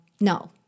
no